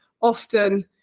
often